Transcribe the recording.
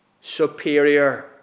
superior